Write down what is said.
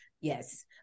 Yes